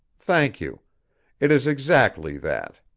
thank you it is exactly that.